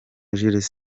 jules